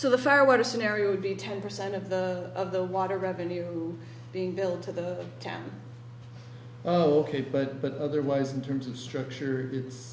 so the fire water scenario would be ten percent of the of the water revenue being built to the town oh ok but but otherwise in terms of structure